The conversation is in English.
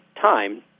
time